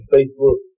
Facebook